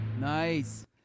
Nice